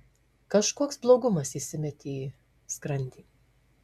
kažkoks blogumas įsimetė į skrandį